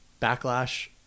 backlash